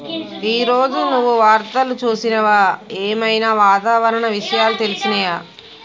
ఈ రోజు నువ్వు వార్తలు చూసినవా? ఏం ఐనా వాతావరణ విషయాలు తెలిసినయా?